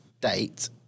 date